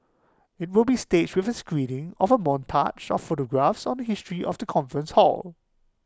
IT will be staged with A screening of A montage of photographs on the history of the conference hall